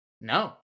No